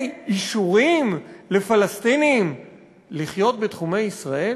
אישורים לפלסטינים לחיות בתחומי ישראל?